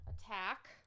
Attack